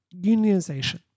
unionization